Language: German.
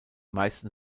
meisten